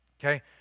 okay